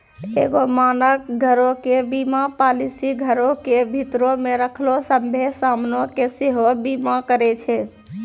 एगो मानक घरो के बीमा पालिसी घरो के भीतरो मे रखलो सभ्भे समानो के सेहो बीमा करै छै